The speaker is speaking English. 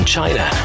China